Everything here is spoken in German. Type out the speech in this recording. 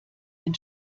ein